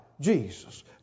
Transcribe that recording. Jesus